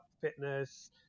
fitness